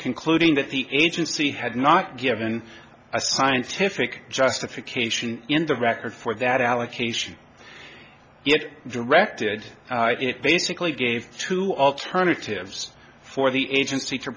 concluding that the agency had not given a scientific justification in the record for that allocation yet directed it basically gave two alternatives for the agency to